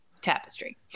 tapestry